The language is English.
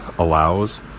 allows